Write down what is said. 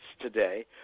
today